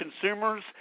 consumers